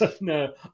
No